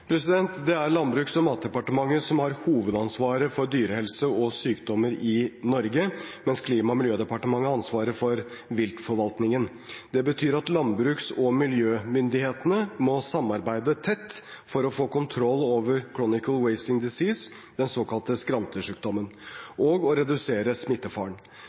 Det er Landbruks- og matdepartementet som har hovedansvaret for dyrehelse og sykdommer i Norge, mens Klima- og miljødepartementet har ansvaret for viltforvaltningen. Det betyr at landbruks- og miljømyndighetene må samarbeide tett for å få kontroll over Chronic Wasting Disease, den såkalte skrantesjukdommen, og redusere smittefaren.